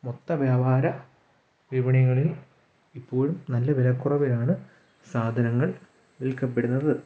മൊത്ത വ്യാപാര വിപണികളിൽ ഇപ്പോഴും നല്ല വിലക്കുറവിലാണ് സാധനങ്ങൾ വിൽക്കപ്പെടുന്നത്